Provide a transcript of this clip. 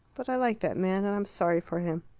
but i like that man, and i'm sorry for him.